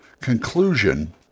conclusion